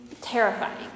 terrifying